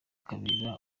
kabera